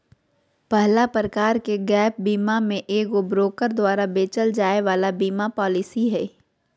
पहला प्रकार के गैप बीमा मे एगो ब्रोकर द्वारा बेचल जाय वाला बीमा पालिसी हय